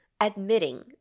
admitting